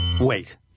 Wait